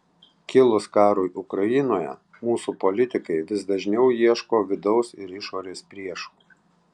kilus karui ukrainoje mūsų politikai vis dažniau ieško vidaus ir išorės priešų